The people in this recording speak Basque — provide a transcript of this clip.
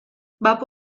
bapo